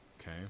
Okay